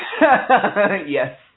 Yes